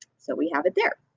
so we have it there.